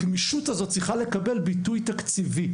הגמישות הזו צריכה לקבל ביטוי תקציבי,